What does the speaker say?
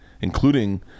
including